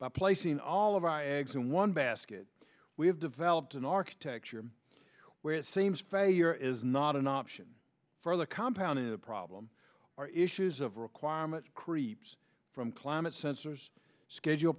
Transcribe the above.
by placing all of our eggs in one basket we have developed an architecture where it seems failure is not an option for the compound is a problem or issues of requirement creeps from climate sensors schedule